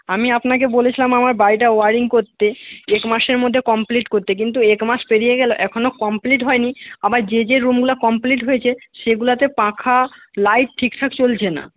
আমি আপনাকে বলেছিলাম আমার বাড়িটা ওয়ারিং করতে এক মাসের মধ্যে কমপ্লিট করতে কিন্তু এক মাস পেরিয়ে গেলো এখনো কমপ্লিট হয়নি আবার যে যে রুমগুলা কমপ্লিট হয়েছে সেইগুলাতে পাখা লাইট ঠিকঠাক চলছে না